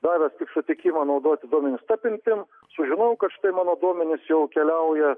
davęs sutikimą naudoti duomenis ta apimti sužinojau kad štai mano duomenys jau keliauja